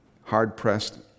hard-pressed